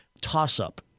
toss-up